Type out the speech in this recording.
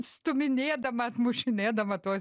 stuminėdama atmušinėdama tuos